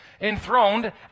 enthroned